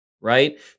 right